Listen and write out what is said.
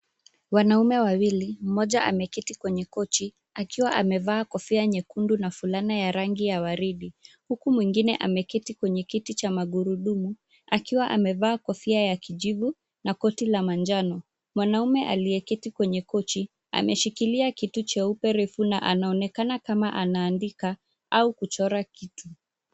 Wanaume wawili, mmoja ameketi kwenye kochi akiwa amevaa kofia nyekundu na fulana ya rangi ya waridi huku mwingine ameketi kwenye kiti cha magurudumu akiwa amevaa kofia ya kijivu na koti la manjano. Mwanamume aliyeketi kwenye kochi, ameshikilia kitu cheupe refu na anaonekana kama anaandika au kuchora kitu.